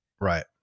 Right